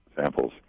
samples